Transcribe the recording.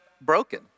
broken